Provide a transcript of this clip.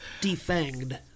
Defanged